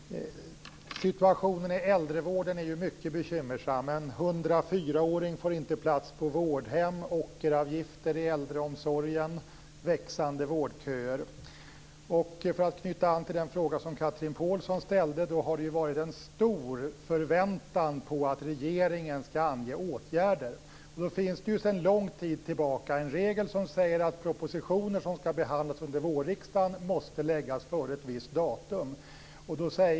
Fru talman! Jag har en fråga till socialminister Wallström. Situationen i äldrevården är ju mycket bekymmersam. En 104-åring får inte plats på vårdhem, ockeravgifter tas ut i äldreomsorgen och vårdköerna växer. För att knyta an till den fråga som Chatrine Pålsson ställde har det varit en stor förväntan på att regeringen skall ange åtgärder. Det finns sedan lång tid tillbaka en regel som säger att propositioner som skall behandlas under vårriksdagen måste läggas fram före ett visst datum.